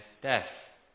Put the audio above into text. death